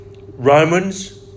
Romans